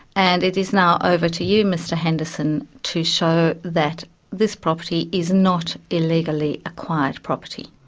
and it is now over to you, mr henderson, to show that this property is not illegally acquired property.